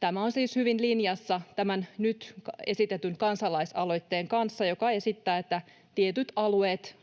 Tämä on siis hyvin linjassa tämän nyt esitetyn kansalaisaloitteen kanssa, joka esittää, että tietyt alueet